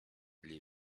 les